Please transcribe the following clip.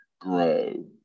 grow